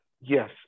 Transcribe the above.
yes